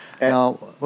Now